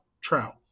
trout